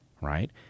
right